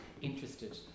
interested